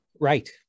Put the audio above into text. Right